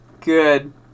good